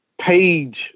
page